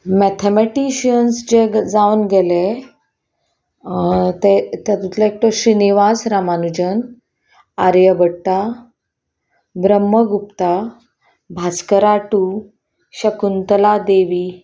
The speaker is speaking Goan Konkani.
मॅथमेटिशियन्स जे जावन गेले ते तातूंतलो एकटो श्रीनिवास रामानुजन आर्यभट्टा ब्रह्म गुप्ता भास्कराटू शकुंतला देवी